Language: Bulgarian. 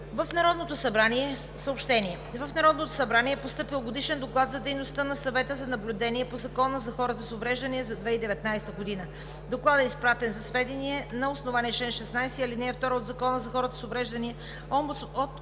В Народното събрание е постъпил Годишен доклад за дейността на Съвета за наблюдение по Закона за хората с увреждания за 2019 г. Докладът е изпратен за сведение на основание чл. 16, ал. 2 от Закона за хората с увреждания